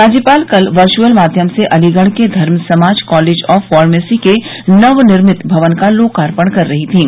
राज्यपाल कल वर्चुअल माध्यम से अलीगढ़ के Dharm Samaj college of pharmacy के नवनिर्मित भवन का लोकार्पण कर रही थीं